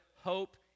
hope